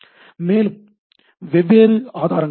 மேலும் வெவ்வேறு ஆதாரங்கள் உள்ளன